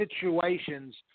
situations